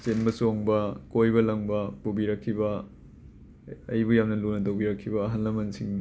ꯆꯦꯟꯕ ꯆꯣꯡꯕ ꯀꯣꯏꯕ ꯂꯪꯕ ꯄꯨꯕꯤꯔꯛꯈꯤꯕ ꯑꯩꯕꯨ ꯌꯥꯝꯅ ꯂꯨꯅ ꯇꯧꯕꯤꯔꯛꯈꯤꯕ ꯑꯍꯜ ꯂꯃꯟꯁꯤꯡ